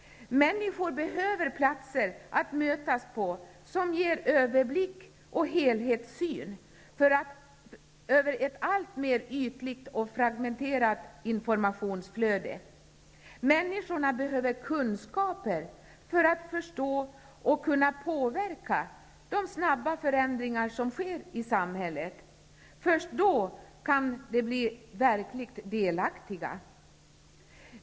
Människor behöver platser att mötas på som ger överblick och helhetssyn över ett alltmer ytligt och fragmenterat informationsflöde. Människorna behöver kunskaper för att förstå och kunna påverka de snabba förändringar som sker i samhället. Först då kan de bli verkligt delaktiga.